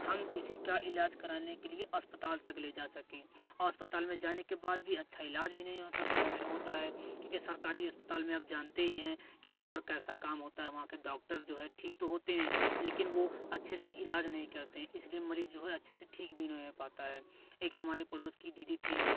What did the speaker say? हम किसी का इलाज कराने के लिए अस्पताल तक ले जा सके अस्पताल में जाने के बाद भी अच्छा इलाज भी नहीं हो सकता है होता है क्योंकि सरकारी अस्पताल में आप जानते ही हैं कि वहाँ पर कैसा काम होता है वहाँ के डॉक्टर जो है ठीक तो होते हैं लेकिन वो अच्छे से इलाज नहीं करते इसलिए मरीज जो है अच्छे से ठीक भी नहीं पाता है एक हमारे पड़ोस की दीदी थीं